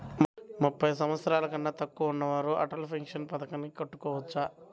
ముప్పై సంవత్సరాలకన్నా తక్కువ ఉన్నవారు అటల్ పెన్షన్ పథకం కట్టుకోవచ్చా?